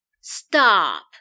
Stop